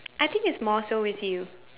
I think it's more so with you